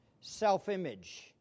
self-image